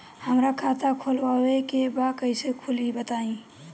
हमरा खाता खोलवावे के बा कइसे खुली बताईं?